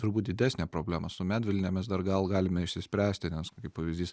turbūt didesnė problema su medvilne mes dar gal galime išsispręsti nes kaip pavyzdys